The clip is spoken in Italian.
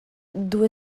due